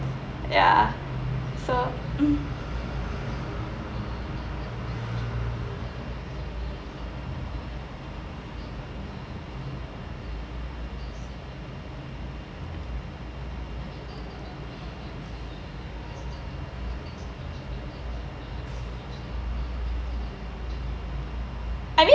ya so mm I mean